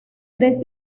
tres